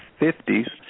50s